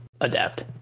adapt